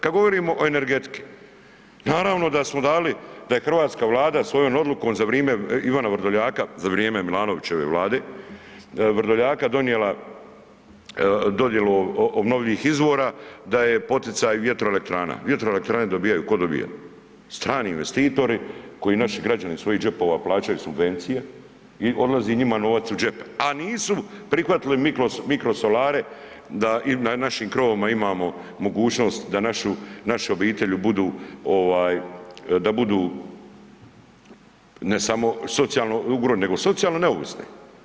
Kad govorimo o energetiki naravno da smo dali da je Hrvatska vlada svojom odlukom za vrime Ivana Vrdoljaka, za vrijeme Milanovićeve vlade, Vrdoljaka donijela dodjelu obnovljivih izvora, da je poticaj vjetroelektrana, vjetroelektrane dobijaju tko dobija, strani investitori koje naši građani iz svojih džepova plaćanju subvencije i odlazi njima novac u džep, a nisu prihvatili mikrosolare da na našim krovovima imamo mogućnost da naše obitelji budu ovaj da budu ne samo socijalno nego socijalno neovisni.